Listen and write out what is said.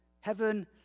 heaven